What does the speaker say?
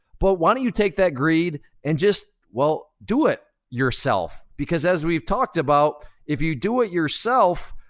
but why don't you take that greed and just, well, do it yourself? because as we've talked about, if you do it yourself,